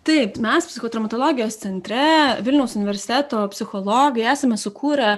taip mes psichotraumatologijos centre vilniaus universiteto psichologai esame sukūrę